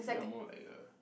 think of more like a